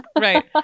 Right